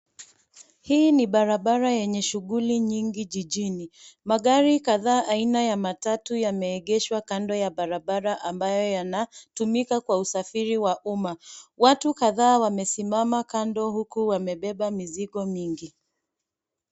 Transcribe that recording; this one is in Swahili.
Hii ni barabara yenye shughuli nyingi jijini. Magari kadhaa aina ya matatu yameegeshwa kando ya barabara ambayo yanatumika kwa usafiri wa umma. Watu kadhaa wamesimama kando huku wamebeba mizigo mingi.